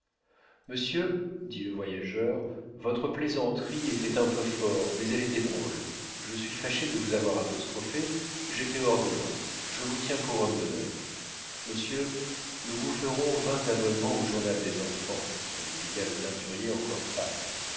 monsieur dit le voyageur votre plaisanterie était un peu forte mais elle était drôle je suis fâché de vous avoir apostrophé j'étais hors de moi je vous tiens pour homme d'honneur monsieur nous vous ferons vingt abonnements au journal des enfants répliqua le teinturier encore pâle